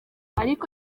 ariko